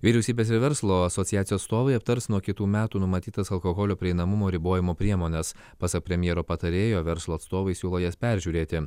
vyriausybės ir verslo asociacijų atstovai aptars nuo kitų metų numatytas alkoholio prieinamumo ribojimo priemones pasak premjero patarėjo verslo atstovai siūlo jas peržiūrėti